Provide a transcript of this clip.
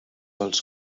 els